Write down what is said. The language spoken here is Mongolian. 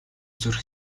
зүрх